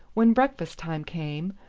when breakfast time came,